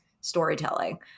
storytelling